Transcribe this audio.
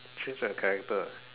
change a character ah